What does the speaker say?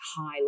high